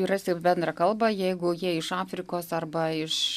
rasi bendrą kalbą jeigu jie iš afrikos arba iš